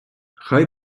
хай